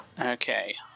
okay